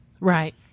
Right